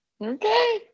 Okay